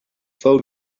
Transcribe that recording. full